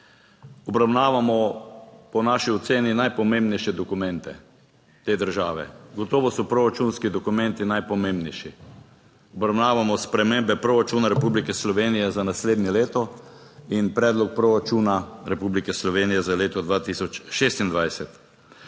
Obravnavamo po naši oceni najpomembnejše dokumente te države, gotovo so proračunski dokumenti najpomembnejši. Obravnavamo spremembe Proračuna Republike Slovenije za naslednje leto in Predlog proračuna Republike Slovenije za leto 2026.